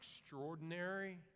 extraordinary